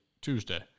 Tuesday